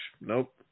Nope